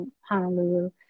Honolulu